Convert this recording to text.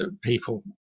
people